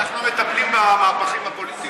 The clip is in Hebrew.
אנחנו מטפלים במהלכים הפוליטיים.